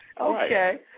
Okay